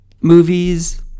movies